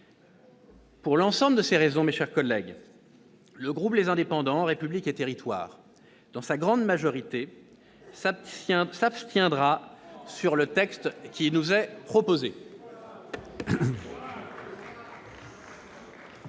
Pour l'ensemble de ces raisons, le groupe Les Indépendants - République et Territoires, dans sa grande majorité, s'abstiendra sur le texte qui nous est proposé.